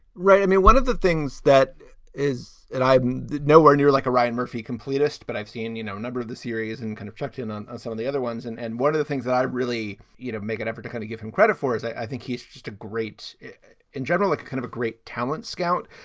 right i mean, one of the things that is that i'm nowhere near like a ryan murphy completist, but i've seen, you know, a number of the series and kind of checked in on and some of the other ones. and and one of the things that i really, you know, make an effort to kind of give him credit for is i think he's just a great in general, like kind of a great talent scout.